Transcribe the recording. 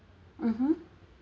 mmhmm